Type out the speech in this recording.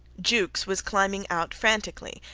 jukes was climbing out frantically,